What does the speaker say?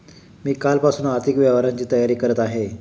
मी कालपासून आर्थिक व्यवहारांची तयारी करत आहे